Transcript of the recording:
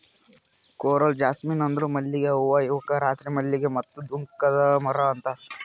coral jasmine ಅಂದುರ್ ಮಲ್ಲಿಗೆ ಹೂವು ಇವುಕ್ ರಾತ್ರಿ ಮಲ್ಲಿಗೆ ಮತ್ತ ದುಃಖದ ಮರ ಅಂತಾರ್